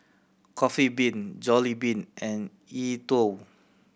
Coffee Bean Jollibean and E Twow